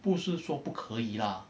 不是说不可以啊